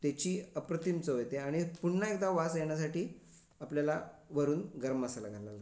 त्याची अप्रतिम चव येते आणि पुन्हा एकदा वास येण्यासाठी आपल्याला वरून गरम मसाला घालायला लागतो